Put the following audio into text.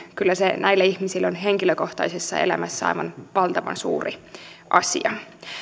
kyllä näille ihmisille henkilökohtaisessa elämässä aivan valtavan suuri asia